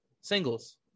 singles